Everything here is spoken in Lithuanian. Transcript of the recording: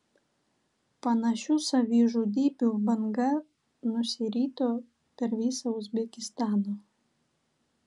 panašių savižudybių banga nusirito per visą uzbekistaną